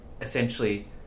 essentially